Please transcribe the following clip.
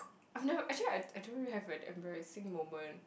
I have never actually I I don't really have an embarrassing moment